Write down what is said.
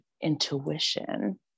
intuition